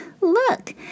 Look